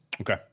Okay